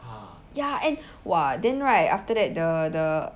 ya and !wah! then right after that the the